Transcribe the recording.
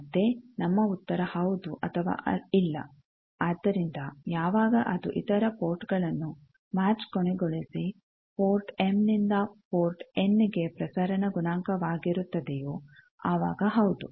ಮತ್ತೇ ನಮ್ಮ ಉತ್ತರ ಹೌದು ಅಥವಾ ಇಲ್ಲ ಆದ್ದರಿಂದ ಯಾವಾಗ ಅದು ಇತರ ಪೋರ್ಟ್ಗಳನ್ನು ಮ್ಯಾಚ್ ಕೊನೆಗೊಳಿಸಿ ಪೋರ್ಟ್ ಎಮ್ ನಿಂದ ಪೋರ್ಟ್ ಎನ್ ಗೆ ಪ್ರಸರಣ ಗುಣಾಂಕವಾಗಿರುತ್ತದೆಯೋ ಆವಾಗ ಹೌದು